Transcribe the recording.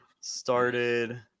started